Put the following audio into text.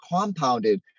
compounded